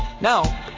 Now